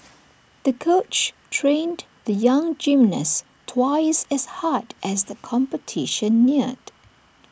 the coach trained the young gymnast twice as hard as the competition neared